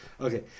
Okay